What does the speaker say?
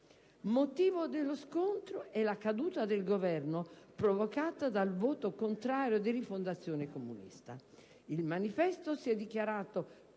Motivo dello scontro è la caduta del Governo provocata dal voto contrario di Rifondazione Comunista: «il manifesto» si è dichiarato